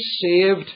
saved